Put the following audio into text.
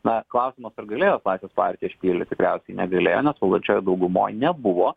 na klausimas ar galėjo laisvės partija išpildyt tikriausiai negalėjo nes valdančiojoj daugumoj nebuvo